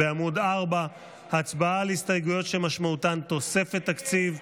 בעמ' 4. הצבעה על הסתייגויות שמשמעותן תוספת תקציב.